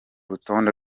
rutonde